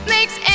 Makes